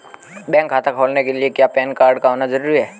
Bank खाता खोलने के लिए क्या पैन कार्ड का होना ज़रूरी है?